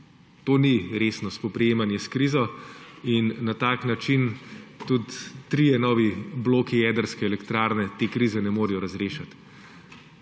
To ni resno spoprijemanje s krizo in na tak način tudi trije novi bloki jedrske elektrarne te krize ne morejo razrešiti.